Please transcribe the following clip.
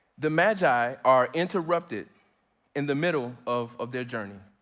the magi are interrupted in the middle of of their journey.